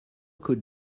could